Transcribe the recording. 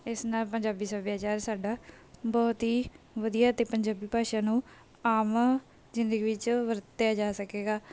ਇਸ ਨਾਲ ਪੰਜਾਬੀ ਸੱਭਿਆਚਾਰ ਸਾਡਾ ਬਹੁਤ ਹੀ ਵਧੀਆ ਅਤੇ ਪੰਜਾਬੀ ਭਾਸ਼ਾ ਨੂੰ ਆਮ ਜ਼ਿੰਦਗੀ ਵਿੱਚ ਵਰਤਿਆ ਜਾ ਸਕੇਗਾ